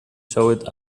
showed